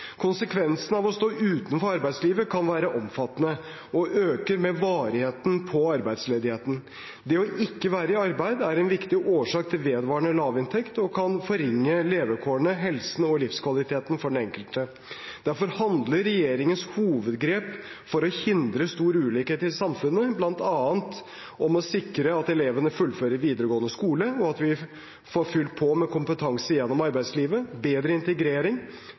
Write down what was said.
Konsekvensene av å stå utenfor arbeidslivet kan være omfattende og øker med varigheten på arbeidsledigheten. Det å ikke være i arbeid er en viktig årsak til vedvarende lavinntekt og kan forringe levekårene, helsen og livskvaliteten til den enkelte. Derfor handler regjeringens hovedgrep for å hindre stor ulikhet i samfunnet bl.a. om å sikre at elevene fullfører videregående skole, og at vi får fylt på med kompetanse gjennom arbeidslivet bedre integrering